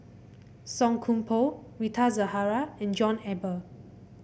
Song Koon Poh Rita Zahara and John Eber